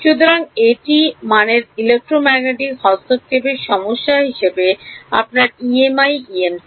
সুতরাং এটি মানের ইলেক্ট্রোম্যাগনেটিক হস্তক্ষেপের সমস্যা হিসাবে আপনার EMI EMC